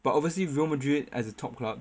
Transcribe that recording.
but obviously Real Madrid as a top club